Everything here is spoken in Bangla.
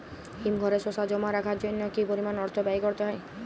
হিমঘরে শসা জমা রাখার জন্য কি পরিমাণ অর্থ ব্যয় করতে হয়?